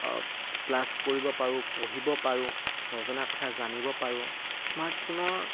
class কৰিব পাৰোঁ পঢ়িব পাৰোঁ নজনা কথা জানিব পাৰোঁ স্মাৰ্টফোনৰ